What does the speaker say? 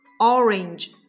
orange